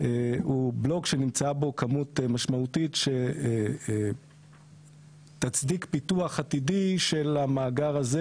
הוא בלוק שנמצאה בו כמות משמעותית שתצדיק פיתוח עתידי של המאגר הזה